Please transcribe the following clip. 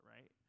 right